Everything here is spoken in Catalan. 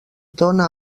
dóna